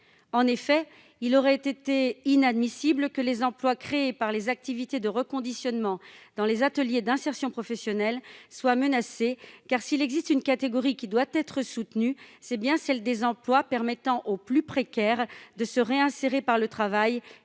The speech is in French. En effet, il aurait été inadmissible que les emplois créés par les activités de reconditionnement dans les ateliers d'insertion professionnelle soient menacés, car, s'il existe une catégorie qui doit être soutenue, c'est bien celle des emplois permettant aux plus précaires de se réinsérer par le travail.